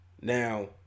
Now